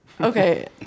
Okay